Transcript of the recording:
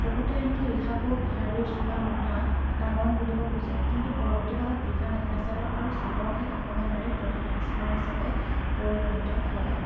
বহুতে আনকি ৰিহাকো শাৰীৰ চোলা মোনা টাঙন বুলিব খোজে কিন্তু পৰৱৰ্তী কালত ৰিহা মেখেলা চাদৰ আৰু চাদৰহে অসমীয়া নাৰীৰ প্ৰধান সাজ পাৰ হিচাপে পৰিগণিত হয়